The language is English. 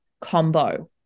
combo